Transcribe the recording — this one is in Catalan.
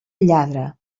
lladre